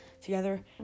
together